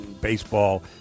baseball